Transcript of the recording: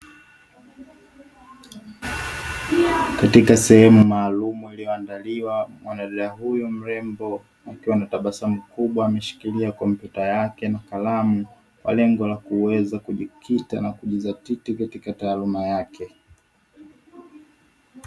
Katika sehemu maalumu iliyoandaliwa, mwanadada huyu mrembo akiwa anatabasamu kubwa ameshikilia kompyuta yake na kalamu kwa lengo la kuweza kujikita na kujizatiti katika taaluma yake.